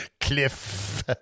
Cliff